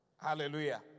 Hallelujah